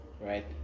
right